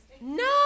No